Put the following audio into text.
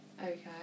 Okay